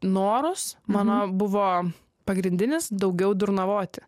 norus mama buvo pagrindinis daugiau durnavoti